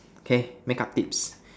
okay makeup tips